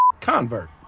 convert